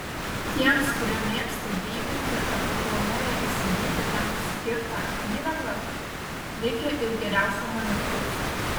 tiems kurie mėgsta geiminti arba planuoja įsigyti tam skirtą įrangą reikia ir geriausio monitoriaus